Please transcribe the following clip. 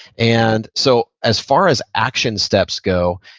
and so, as far as action steps go,